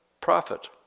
prophet